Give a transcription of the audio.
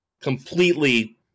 completely